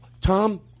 Tom